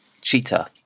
cheetah